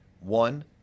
One